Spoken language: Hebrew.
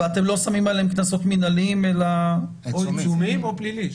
ואתם לא שמים עליהן קנסות מנהליים אלא --- או עיצומים או פלילי.